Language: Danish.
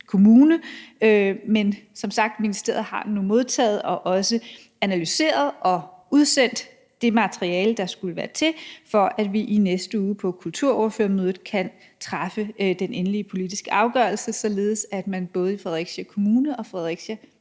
Men som sagt har ministeriet nu modtaget og også analyseret og udsendt det materiale, der skulle til, for at vi i næste uge på kulturordførermødet kan træffe den endelige politiske afgørelse, således at man både i Fredericia Kommune og på Fredericia